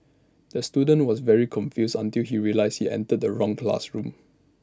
the student was very confused until he realised he entered the wrong classroom